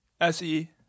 S-E